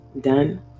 Done